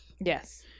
Yes